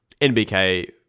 NBK